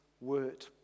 word